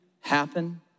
happen